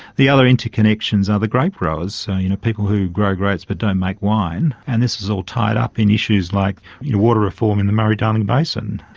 the other interconnections are the grape growers, so you know people who grow grapes but don't make wine, and this is all tied up in issues like water reform in the murray darling basin.